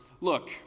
Look